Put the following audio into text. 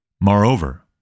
Moreover